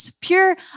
pure